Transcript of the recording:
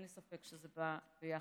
אין לי ספק שזה בא ביחד.